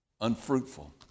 Unfruitful